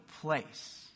place